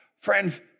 Friends